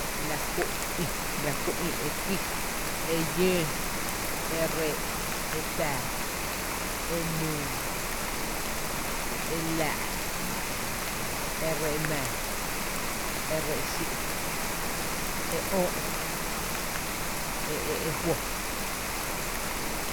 La kú ï, la kú ï e kuíí, e llǿǿ, e rree’, e tⱥⱥ, e nüü, e laa’ e rree’ mⱥⱥ e rree’ xí’, e öö’ e( e e fó.